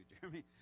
Jeremy